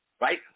Right